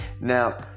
Now